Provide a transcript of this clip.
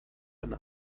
einen